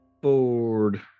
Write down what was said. board